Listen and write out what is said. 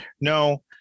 no